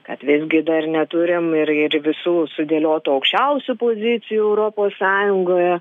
kad visgi dar neturim ir ir visų sudėliotų aukščiausių pozicijų europos sąjungoje